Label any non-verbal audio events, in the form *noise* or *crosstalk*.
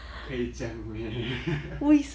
可以这样 meh *laughs*